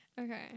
Okay